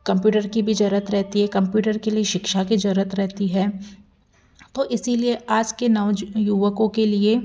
computer की भी ज़रूरत रहती है कम्प्यूटर के लिए शिक्षा की ज़रूरत रहती है तो इसी लिए आज के नव युवकों के लिए